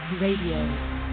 Radio